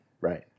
Right